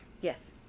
Yes